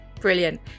Brilliant